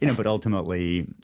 you know but ultimately,